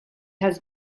has